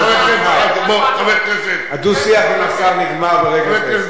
חברי הכנסת, דו-השיח נגמר ברגע זה.